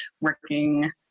working